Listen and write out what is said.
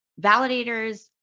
validators